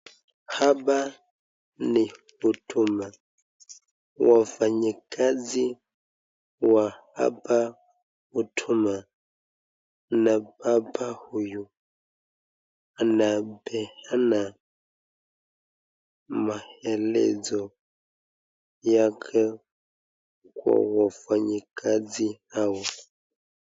Hapa ni huduma. Wafanyikazi wa hapa huduma na hapa huyu anapeana maelezo yake kwa wafanyikazi hao.